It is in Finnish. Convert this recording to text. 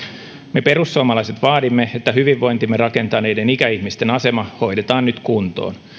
me perussuomalaiset vaadimme että hyvinvointimme rakentaneiden ikäihmisten asema hoidetaan nyt kuntoon